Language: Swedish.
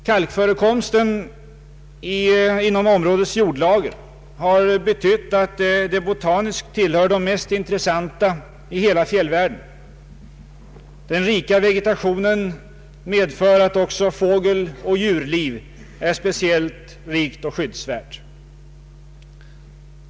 Kalkförekomsten inom områdets jordlager har betytt att det botaniskt tillhör de mest intressanta områdena i hela fjällvärlden. Den frodiga vegetationen medför att också fågeloch djurlivet är speciellt rikt och skyddsvärt.